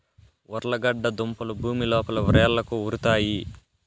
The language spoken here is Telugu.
ఉర్లగడ్డ దుంపలు భూమి లోపల వ్రేళ్లకు ఉరుతాయి